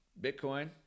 Bitcoin